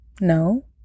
No